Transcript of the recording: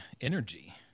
energy